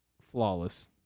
flawless